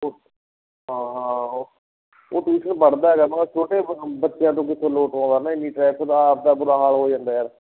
ੳ ਹਾਂ ਹਾਂ ਉਹ ਉਹ ਟਿਊਸ਼ਨ ਪੜ੍ਹਦਾ ਗਾ ਮੈਂ ਕਿਹਾ ਛੋਟੇ ਬੱਚਿਆਂ ਤੋਂ ਕਿੱਥੋਂ ਲੋਟ ਆਉਂਦਾ ਨਾ ਇੰਨੀ ਟ੍ਰੈਫਿਕ ਦਾ ਆਪਦਾ ਬੁਰਾ ਹਾਲ ਹੋ ਜਾਂਦਾ ਯਾਰ